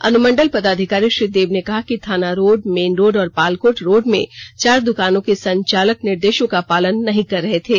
अनुमंडल पदाधिकारी श्री देव ने कहा कि थाना रोड मेन रोड और पालकोट रोड में चार दुकानो को संचालक निर्देशों का पालन नहीं कर रहे थे